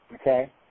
Okay